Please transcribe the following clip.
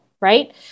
right